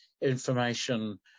information